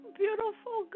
beautiful